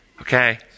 okay